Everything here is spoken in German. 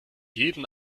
jeden